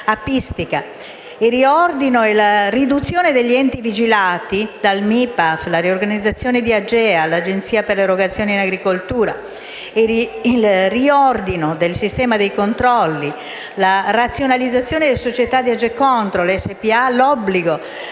il riordino e la riduzione degli enti vigilati dal MIPAAF; la riorganizzazione di AGEA, l'Agenzia per le erogazioni in agricoltura; il riordino del sistema dei controlli; la razionalizzazione delle società di Agecontrol SpA; l'obbligo